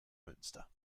münster